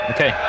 Okay